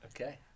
Okay